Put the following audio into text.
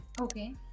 Okay